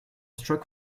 struck